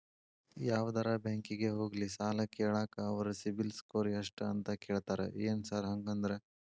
ಯಾವದರಾ ಬ್ಯಾಂಕಿಗೆ ಹೋಗ್ಲಿ ಸಾಲ ಕೇಳಾಕ ಅವ್ರ್ ಸಿಬಿಲ್ ಸ್ಕೋರ್ ಎಷ್ಟ ಅಂತಾ ಕೇಳ್ತಾರ ಏನ್ ಸಾರ್ ಹಂಗಂದ್ರ?